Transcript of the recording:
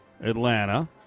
Atlanta